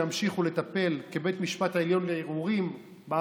שימשיכו כבית משפט עליון לערעורים לטפל